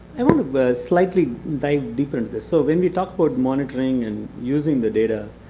i want to slightly dive deeper into this. so when we talk about monitoring and using the data